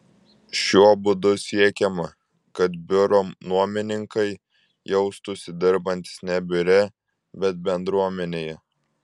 šiuo būdu siekiama kad biuro nuomininkai jaustųsi dirbantys ne biure bet bendruomenėje